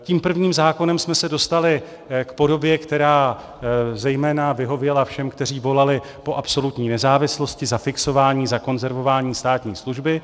Tím prvním zákonem jsme se dostali k podobě, která zejména vyhověla všem, kteří volali po absolutní nezávislosti, zafixování, zakonzervování státní služby.